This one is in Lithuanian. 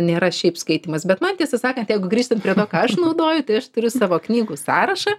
nėra šiaip skaitymas bet man tiesą sakant jeigu grįžtant prie to ką aš naudoju tai aš turiu savo knygų sąrašą